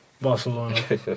Barcelona